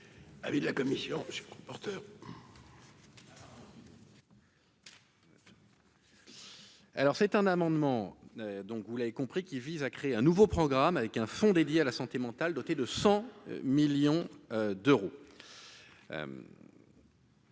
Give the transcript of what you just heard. vous l'avez compris qui vise à créer un nouveau programme avec un fonds dédié à la santé mentale, doté de 100 millions d'euros.